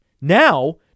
Now